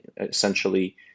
essentially